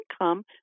income